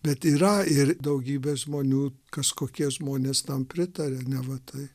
bet yra ir daugybė žmonių kažkokie žmonės tam pritaria neva tai